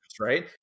right